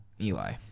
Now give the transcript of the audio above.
Eli